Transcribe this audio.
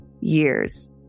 years